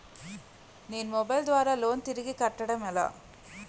నేను మొబైల్ ద్వారా లోన్ తిరిగి కట్టడం ఎలా?